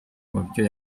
mubyo